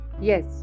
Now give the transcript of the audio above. Yes